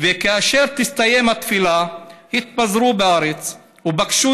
וכאשר תסתיים התפילה התפזרו בארץ ובקשו